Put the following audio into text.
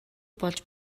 болж